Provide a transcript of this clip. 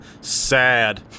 Sad